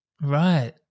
Right